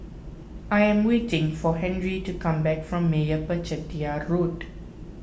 I am waiting for Henry to come back from Meyappa Chettiar Road